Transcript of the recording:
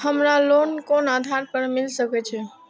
हमरा लोन कोन आधार पर मिल सके छे?